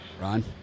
Ron